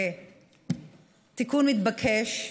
זה תיקון מתבקש,